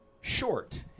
Short